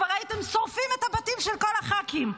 כבר הייתם שורפים את הבתים של כל הח"כים.